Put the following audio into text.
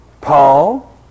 Paul